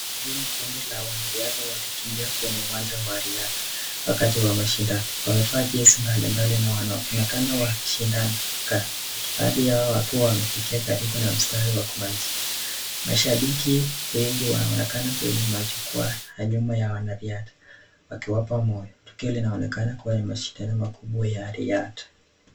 Hili ni kundi la wanariadha wakikimbia kwenye uwanja wa riadha wakati wa mashindano. Wamevaa jezi mbalimbali na wanaonekana wakishindana. Baadhi yao wamefikia karibu na mstari wa kumalizia. Mashabiki wengi wanaonekana kwenye majukwaa ya nyuma ya wanariadha wakiwapa moyo. Tukio linaonekana kuwa ni mashindano makubwa ya riadha.